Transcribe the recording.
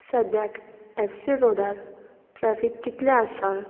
सद्याक F C रोडार traffic कितलें आसा